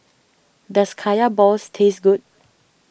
does Kaya Balls taste good